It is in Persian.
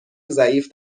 ضعیف